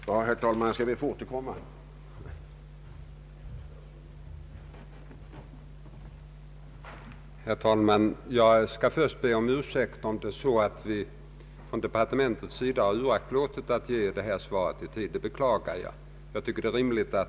Jag ber, herr talman, att få återkomma om en stund.